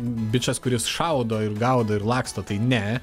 bičas kuris šaudo ir gaudo ir laksto tai ne